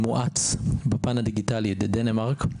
דנמרק.